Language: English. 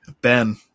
Ben